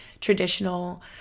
traditional